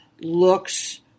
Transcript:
looks